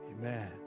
Amen